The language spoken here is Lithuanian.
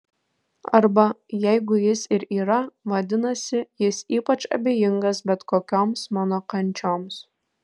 arba jeigu jis ir yra vadinasi jis ypač abejingas bet kokioms mano kančioms